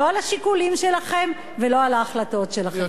לא על השיקולים שלכם ולא על ההחלטות שלכם.